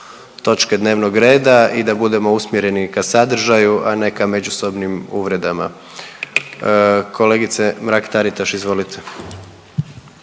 točke dnevnog reda i da budemo usmjereni ka sadržaju, a ne ka međusobnim uvredama. Kolegice Mrak Taritaš izvolite.